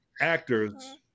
actors